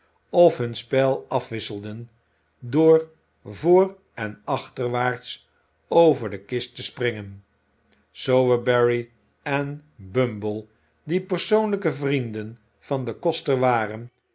of hun spel afwisselden door voor en achterwaarts over de kist te springen sowerberry en bumble die persoonlijke vrienden van den koster waren